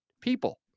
people